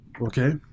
Okay